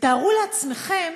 ותארו לעצמכם